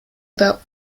über